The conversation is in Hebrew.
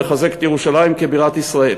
לחזק את ירושלים כבירת ישראל.